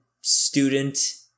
student